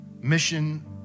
mission